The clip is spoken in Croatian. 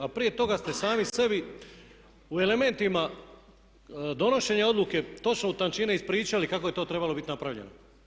A prije toga ste sami sebi u elementima donošenja odluke točno u tančine ispričali kako je to trebalo biti napravljeno.